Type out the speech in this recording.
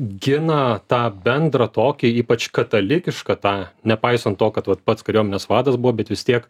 gina tą bendrą tokią ypač katalikišką tą nepaisant to kad vat pats kariuomenės vadas buvo bet vis tiek